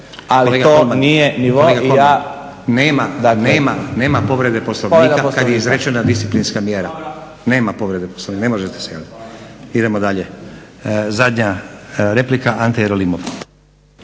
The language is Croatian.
Kolega Kolman nema, nema povrede Poslovnika kada je izrečena disciplinska mjera, nema povrede Poslovnika, ne možete se javiti. Idemo dalje. Zadnja replika Ante Jerolimov.